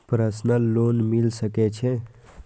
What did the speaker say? Personal loan मिल सके छे?